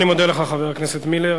אני מודה לך, חבר הכנסת מילר.